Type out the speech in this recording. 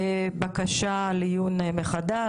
בקשה לעיון מחדש.